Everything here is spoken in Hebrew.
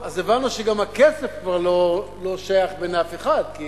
אז הבנו שגם הכסף כבר לא שייך בין אף אחד, כי